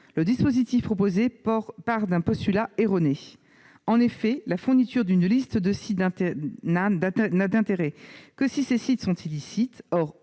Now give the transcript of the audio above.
le dispositif proposé part d'un postulat erroné. En effet, la fourniture d'une liste de sites n'a d'intérêt que si ces sites sont illicites.